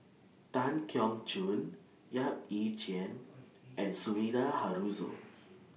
Tan Keong Choon Yap Ee Chian and Sumida Haruzo